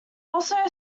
also